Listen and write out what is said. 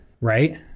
Right